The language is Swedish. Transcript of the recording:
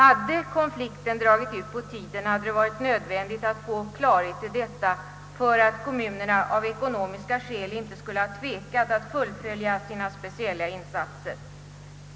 Om konflikten hade dragit ut på tiden, hade det varit nödvändigt att få klarhet i denna fråga för att kommunerna av ekonomiska skäl inte skulle ha tvekat att fullfölja sina speciella insatser.